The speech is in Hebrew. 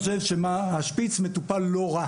השפיץ מטופל לא רע